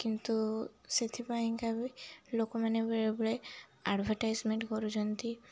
କିନ୍ତୁ ସେଥିପାଇଁକା ବି ଲୋକମାନେ ବେଳେବେଳେ ଆଡଭର୍ଟାଇଜମେଣ୍ଟ କରୁଛନ୍ତି